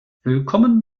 willkommen